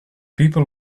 people